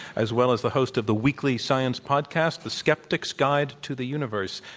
as well as the host of the weekly science podcast, the skeptics' guide to the universe.